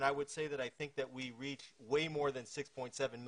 ואני רוצה גם להגיד שהרבה אמצעי תקשורת